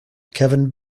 kevin